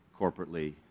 corporately